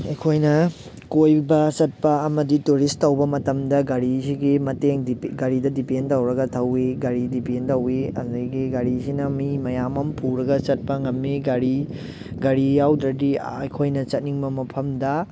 ꯑꯩꯈꯣꯏꯅ ꯀꯣꯏꯕ ꯆꯠꯄ ꯑꯃꯗꯤ ꯇꯨꯔꯤꯁ ꯇꯧꯕ ꯃꯇꯝꯗ ꯒꯥꯔꯤꯁꯤꯒꯤ ꯃꯇꯦꯡꯗꯤ ꯒꯥꯔꯤꯗ ꯗꯤꯄꯦꯟ ꯇꯧꯔꯒ ꯊꯧꯋꯤ ꯒꯥꯔꯤ ꯗꯦꯄꯦꯟ ꯇꯧꯋꯤ ꯑꯗꯨꯗꯒꯤ ꯒꯥꯔꯤꯁꯤꯅ ꯃꯤ ꯃꯌꯥꯝ ꯑꯃ ꯄꯨꯔꯒ ꯆꯠꯄ ꯉꯝꯃꯤ ꯒꯥꯔꯤ ꯒꯥꯔꯤ ꯌꯥꯎꯗ꯭ꯔꯗꯤ ꯑꯩꯈꯣꯏꯅ ꯆꯠꯅꯤꯡꯕ ꯃꯐꯝꯗ